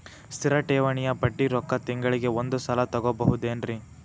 ಸ್ಥಿರ ಠೇವಣಿಯ ಬಡ್ಡಿ ರೊಕ್ಕ ತಿಂಗಳಿಗೆ ಒಂದು ಸಲ ತಗೊಬಹುದೆನ್ರಿ?